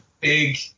big